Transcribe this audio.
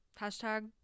Hashtag